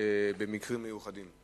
במקרים מיוחדים.